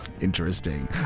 Interesting